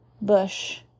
bush